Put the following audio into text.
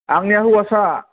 आंनिया हौवासा